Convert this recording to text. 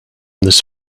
this